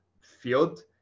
field